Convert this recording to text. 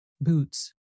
Boots